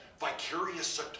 vicarious